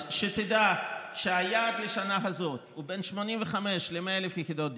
אז שתדע שהיעד לשנה הזאת הוא בין 85,000 ל-100,000 יחידות דיור,